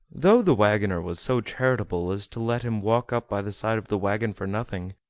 though the wagoner was so charitable as to let him walk up by the side of the wagon for nothing,